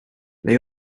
they